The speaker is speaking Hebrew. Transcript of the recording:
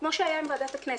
כמו שהיה עם ועדת הכנסת.